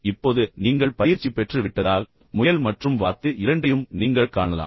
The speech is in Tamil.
இப்போது நீங்கள் பயிற்சி பெற்று விட்டதால் முயல் மற்றும் வாத்து இரண்டையும் நீங்கள் காணலாம்